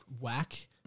whack